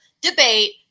debate